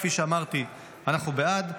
כפי שאמרתי, אנחנו בעד.